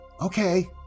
Okay